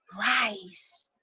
rise